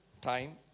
time